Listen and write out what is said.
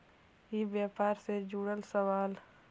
ई व्यापार से जुड़ल सवाल?